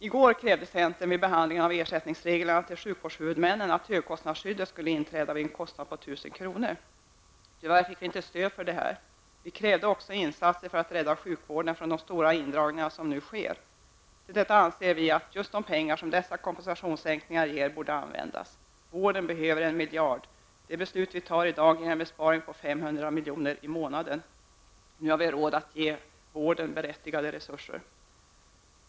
Centern krävde i går vid behandlingen av ersättningsreglerna för sjukvårdshuvudmännen att högkostnadsskyddet skulle inträda vid en kostnad på 1 000 kr. Vi fick tyvärr inte stöd för detta. Vi krävde också insatser för att rädda sjukvården från de stora indragningar som nu sker. Vi anser att just de pengar som dessa kompensationssänkningar ger borde användas till detta. Vården behöver 1 miljard, och det beslut vi tar i dag ger en besparing på 500 miljoner i månaden. Nu har vi råd att ge vården berättigade resurser.